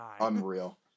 Unreal